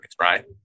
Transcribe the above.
right